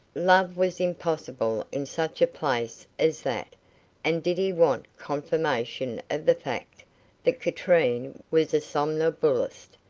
love was impossible in such a place as that and did he want confirmation of the fact that katrine was a somnambulist,